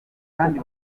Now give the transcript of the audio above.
kandi